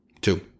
Two